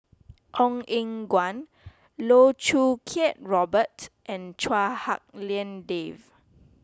Ong Eng Guan Loh Choo Kiat Robert and Chua Hak Lien Dave